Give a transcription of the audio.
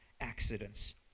accidents